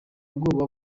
bwoba